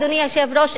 אדוני היושב-ראש,